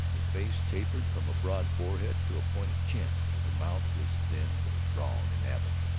her face tapered from a broad forehead to a pointed chin, her mouth was thin but strong and avid,